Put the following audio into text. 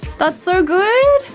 that's so good.